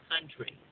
country